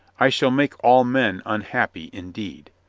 i shall make all men un happy indeed.